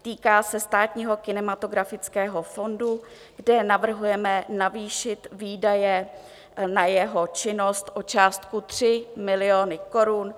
Týká se Státního kinematografického fondu, kde navrhujeme navýšit výdaje na jeho činnost o částku 3 miliony korun.